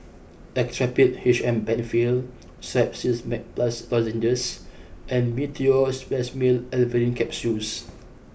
Actrapid H M Penfill Strepsils Max Plus Lozenges and Meteospasmyl Alverine Capsules